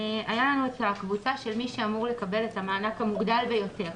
היה לנו את הקבוצה של מי שאמור לקבל את המענק המוגדל ביותר,